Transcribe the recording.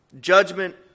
Judgment